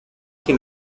que